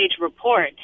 report